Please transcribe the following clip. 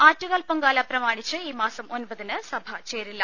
ആറ്റുകാൽ പൊങ്കാല പ്രമാണിച്ച് ഈ മാസം ഒൻപതിന് സഭ ചേരില്ല